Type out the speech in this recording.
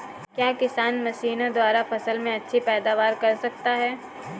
क्या किसान मशीनों द्वारा फसल में अच्छी पैदावार कर सकता है?